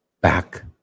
back